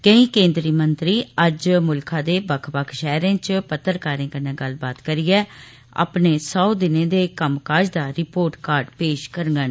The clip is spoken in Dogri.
केंई केन्द्री मंत्री अज्ज मुल्खा दे बक्ख बक्ख शैहरें च पत्रकारें कन्नै गल्लबात करियै अपने सौ दिनें दे कम्मकाज दा रिपोर्ट कार्ड पेश करगंन